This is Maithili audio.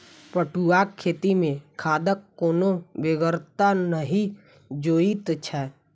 पटुआक खेती मे खादक कोनो बेगरता नहि जोइत छै